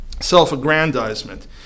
self-aggrandizement